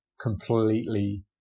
completely